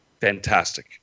fantastic